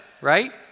right